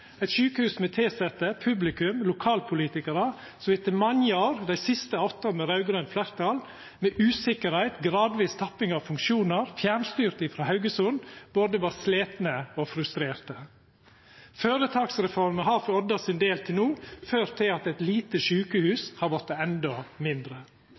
eit sjukehus der tilsette, publikum og lokalpolitikarar etter mange år, dei siste åtte med raud-grønt fleirtal, med usikkerheit og gradvis tapping av funksjonar, fjernstyrt frå Haugesund, var både slitne og frustrerte. Føretaksreforma har for Odda sin del til no ført til at eit lite sjukehus har vorte endå mindre,